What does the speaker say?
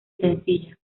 sencilla